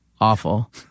Awful